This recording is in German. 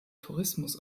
tourismus